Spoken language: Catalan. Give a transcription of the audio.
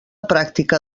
pràctica